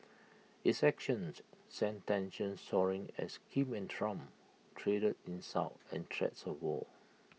its actions sent tensions soaring as Kim and Trump traded insults and threats of war